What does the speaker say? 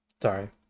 Sorry